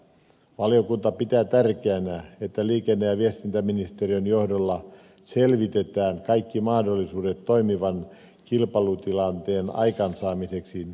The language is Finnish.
valiokunta pitää tärkeänä että liikenne ja viestintäministeriön johdolla selvitetään kaikki mahdollisuudet toimivan kilpailutilanteen aikaansaamiseksi jäänmurtotoimintaan